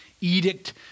edict